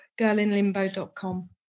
girlinlimbo.com